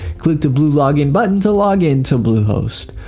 click the blue login button to log in to bluehost.